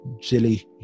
Jilly